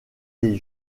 les